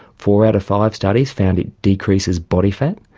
four out of five studies found it decreases body fat.